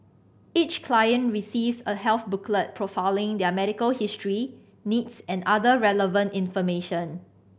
each client receives a health booklet profiling their medical history needs and other relevant information